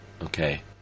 Okay